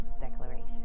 declaration